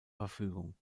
verfügung